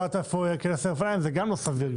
יודעת איפה ייכנסו אופניים זה גם לא סביר,